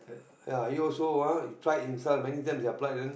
ya he also ah he tried himself many times he applied then